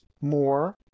more